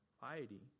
piety